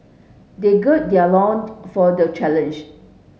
they gird their loins for the challenge